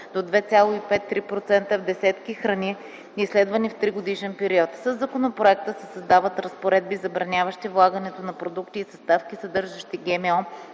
до 2,5-3% в десетки храни, изследвани в 3-годишен период. Със законопроекта се създават разпоредби, забраняващи влагането на продукти и съставки, съдържащи ГМО